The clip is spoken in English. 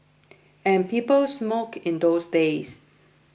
and people smoked in those days